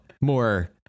more